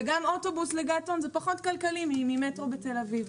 וגם אוטובוס לגעתון זה פחות כלכלי ממטרו בתל-אביב.